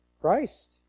Christ